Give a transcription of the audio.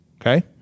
Okay